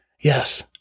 Yes